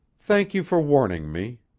thank you for warning me.